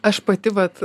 aš pati vat